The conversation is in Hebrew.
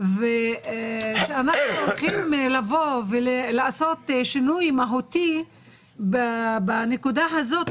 וכשאנחנו הולכים לעשות שינוי מהותי בנקודה הזאת,